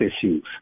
issues